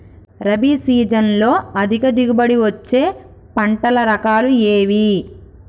రబీ సీజన్లో అధిక దిగుబడి వచ్చే పంటల రకాలు ఏవి?